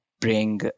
bring